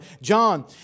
John